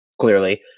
Clearly